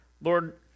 Lord